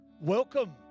welcome